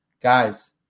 Guys